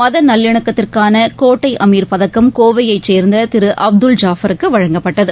மதநல்லிணக்கத்திற்கானகோட்டைஅமீர் பதக்கம் கோவையைச் சேர்ந்ததிருஅப்துல் ஐபாருக்குவழங்கப்பட்டது